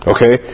Okay